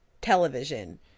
television